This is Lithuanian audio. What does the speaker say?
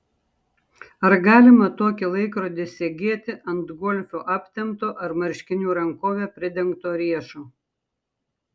ar galima tokį laikrodį segėti ant golfu aptemto ar marškinių rankove pridengto riešo